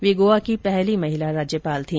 वे गोवा की पहली महिला राज्यपाल थी